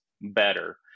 better